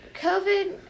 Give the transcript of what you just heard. COVID